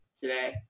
Today